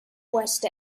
west